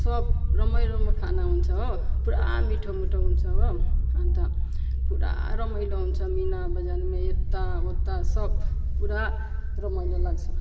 सब राम्रो राम्रो खाना हुन्छ हो पुरा मिठो मिठो हुन्छ हो अनि त पुरा रमाइलो हुन्छ मिनाबजारमें यताउता सब पुरा रमाइलो लाग्छ